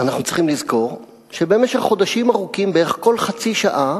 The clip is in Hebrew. אנחנו צריכים לזכור, בערך כל חצי שעה